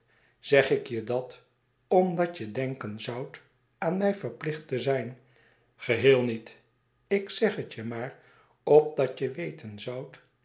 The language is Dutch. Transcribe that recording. zeg ik je dat omdat je denken zoudt aan mij verphcht te zijn geheel niet ik zeg het je maar opdat je weten zoudt